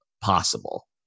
possible